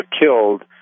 killed